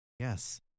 yes